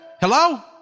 Hello